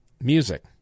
music